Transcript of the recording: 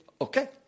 okay